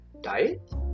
diet